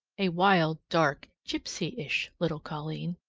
a wild, dark, gypsyish little colleen.